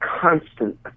constant